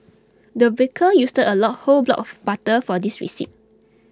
the baker used a lock whole block of butter for this recipe